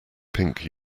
pink